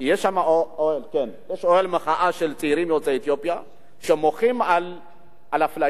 יש אוהל מחאה של צעירים יוצאי אתיופיה שמוחים על אפליה,